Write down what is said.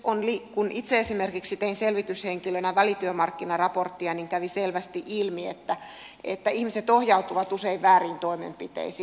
kun itse esimerkiksi tein selvityshenkilönä välityömarkkinaraporttia kävi selvästi ilmi että ihmiset ohjautuvat usein vääriin toimenpiteisiin